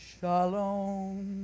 Shalom